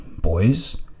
boys